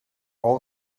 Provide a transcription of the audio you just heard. all